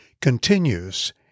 continues